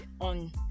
on